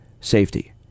Safety